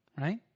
right